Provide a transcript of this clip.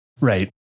right